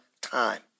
time